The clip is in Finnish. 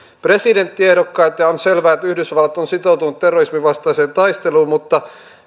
presidenttiehdokkaita ja on selvää että yhdysvallat on sitoutunut terrorismin vastaiseen taisteluun mutta